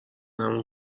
همون